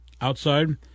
outside